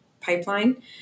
pipeline